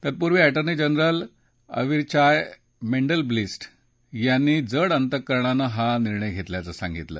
तत्पूर्वी attorney general Avichai Mandelblit यांनी जड अंतःकरणानं हा निर्णय घेतल्याचं सांगितलं